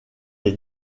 est